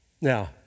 Now